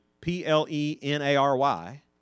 P-L-E-N-A-R-Y